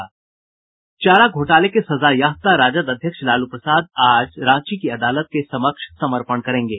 चारा घोटाले के सजायाफ्ता राजद अध्यक्ष लालू प्रसाद आज रांची की अदालत के समक्ष समर्पण करेंगे